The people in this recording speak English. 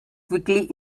quickly